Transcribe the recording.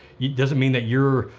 it doesn't mean that you're,